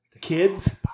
Kids